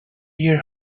your